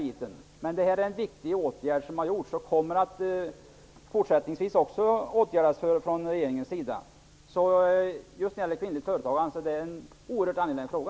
Regeringen har alltså vidtagit denna viktiga åtgärd, och viktiga åtgärder kommer även fortsättningsvis att vidtagas. Kvinnligt företagande är en oerhört angelägen fråga.